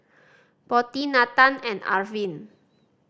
Potti Nathan and Arvind